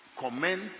comment